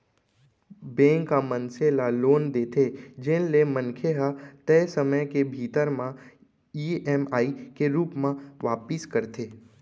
bank ह मनसे ल लोन देथे जेन ल मनखे ह तय समे के भीतरी म ईएमआई के रूप म वापिस करथे